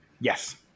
Yes